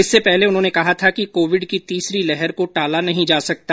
इससे पहले उन्होंने कहा था कि कोविड की तीसरी लहर को टाला नहीं जा सकता